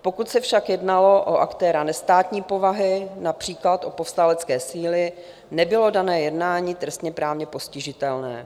Pokud se však jednalo o aktéra nestátní povahy, například o povstalecké síly, nebylo dané jednání trestněprávně postižitelné.